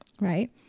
right